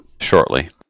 shortly